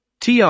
TR